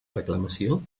reclamació